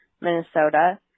Minnesota